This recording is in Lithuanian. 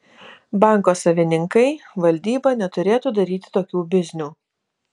banko savininkai valdyba neturėtų daryti tokių biznių